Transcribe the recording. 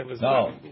No